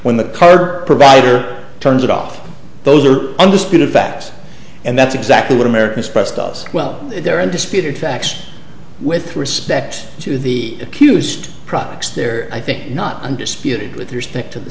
when the car provider turns it off those are undisputed facts and that's exactly what americans pressed us well there and disputed facts with respect to the accused products there i think not undisputed with respect to the